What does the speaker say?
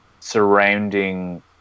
surrounding